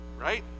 right